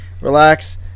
Relax